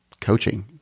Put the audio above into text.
coaching